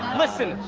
listen.